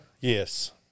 Yes